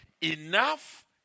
enough